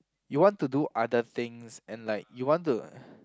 you want to do other things and like you want to